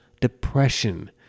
depression